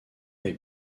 est